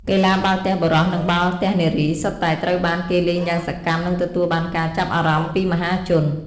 កីឡា បាល់ទះបុរស និងបាល់ទះនារី សុទ្ធតែត្រូវបានគេលេងយ៉ាងសកម្ម និងទទួលបានការចាប់អារម្មណ៍ពីមហាជន។